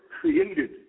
created